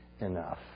enough